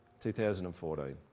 2014